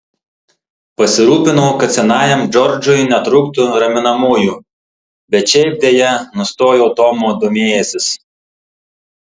pasirūpinau kad senajam džordžui netrūktų raminamųjų bet šiaip deja nustojau tomu domėjęsis